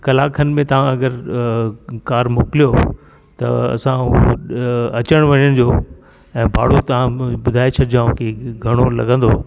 कलाकु खनि में तव्हां अगरि कार मोकिलियो त असां अचण वञण जो ऐं भाड़ो तव्हां ॿुधाए छॾिजो की घणो लॻंदो